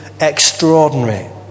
extraordinary